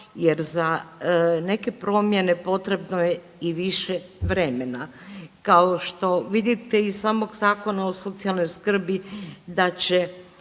jer za neke promjene potrebno je i više vremena. Kao što vidite iz samog Zakona o socijalnoj skrbi da će